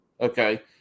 Okay